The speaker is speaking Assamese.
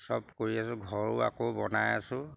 চব কৰি আছোঁ ঘৰো আকৌ বনাই আছোঁ